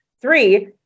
Three